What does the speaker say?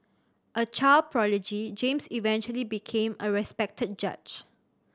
a child prodigy James eventually became a respected judge